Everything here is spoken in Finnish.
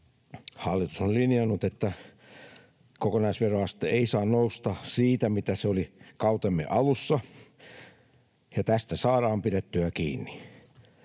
Hallitus on linjannut, että kokonaisveroaste ei saa nousta siitä, mitä se oli kautemme alussa, ja tästä saadaan pidettyä kiinni.